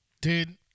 Dude